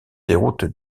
déroute